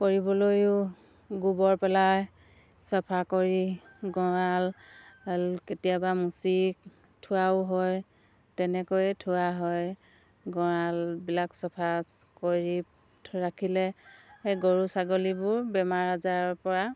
কৰিবলৈও গোবৰ পেলাই চাফা কৰি গঁৰাল কেতিয়াবা মুচি থোৱাও হয় তেনেকৈয়ে থোৱা হয় গঁৰালবিলাক চাফা কৰি ৰাখিলে সেই গৰু ছাগলীবোৰ বেমাৰ আজাৰৰ পৰা